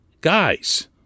guys